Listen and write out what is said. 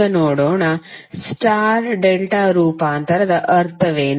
ಈಗ ನೋಡೋಣ star delta ರೂಪಾಂತರದ ಅರ್ಥವೇನು